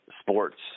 sports